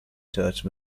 church